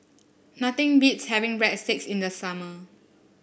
nothing beats having Breadsticks in the summer